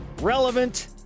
relevant